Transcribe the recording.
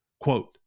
Quote